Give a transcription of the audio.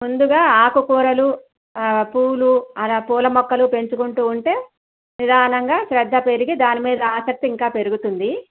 ముందుగా ఆకుకూరలు పువ్వులు అలా పూల మొక్కలు పెంచుకుంటూ ఉంటే నిదానంగా శ్రద్ధ పెరిగి దాని మీద ఆసక్తి ఇంకా పెరుగుతుంది